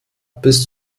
bis